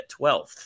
12th